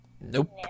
Nope